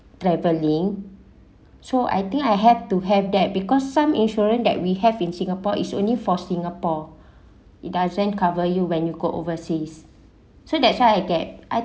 traveling so I think I have to have that because some insurance that we have in singapore is only for singapore it doesn't cover you when you go overseas so that's why I get